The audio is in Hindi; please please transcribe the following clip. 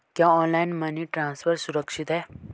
क्या ऑनलाइन मनी ट्रांसफर सुरक्षित है?